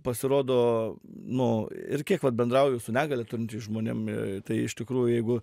pasirodo nu ir kiek vat bendrauju su negalią turinčiais žmonėm tai iš tikrųjų jeigu